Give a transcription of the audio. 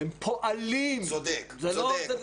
הם פועלים לעשות את זה.